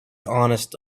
honest